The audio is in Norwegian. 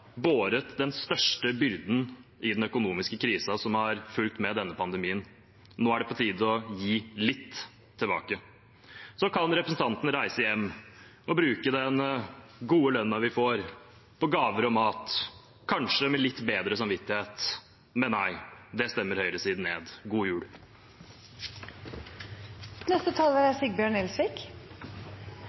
båret den største byrden i den økonomiske krisen som har fulgt med denne pandemien. Nå er det på tide å gi litt tilbake. Så kan representantene reise hjem og bruke den gode lønna vi får, på gaver og mat, kanskje med litt bedre samvittighet. Men nei, det stemmer høyresiden ned. God